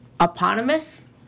eponymous